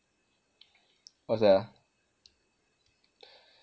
what's that ah